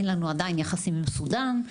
אין לנו עדיין יחסים עם סודן,